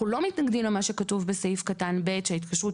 אנחנו לא מתנגדים למה שכתוב בסעיף קטן (ב) - שההתקשרות